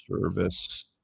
service